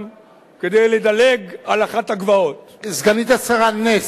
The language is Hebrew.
כדי לדלג על אחת הגבעות סגנית השר נס,